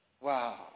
Wow